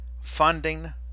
funding